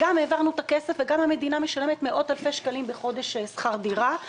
גם העברנו את הכסף וגם המדינה משלמת מאות אלפי שקלים בחודש שכר דירה.